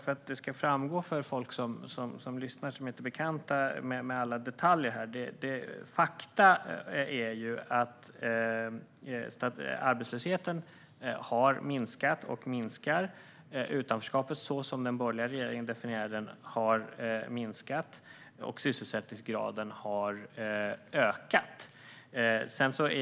För att det ska framgå för folk som lyssnar och som inte är bekanta med alla detaljer vill jag säga att fakta är att arbetslösheten har minskat och minskar, att utanförskapet, så som den borgerliga regeringen definierar det, har minskat och att sysselsättningsgraden har ökat.